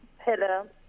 Hello